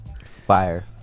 fire